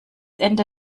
ende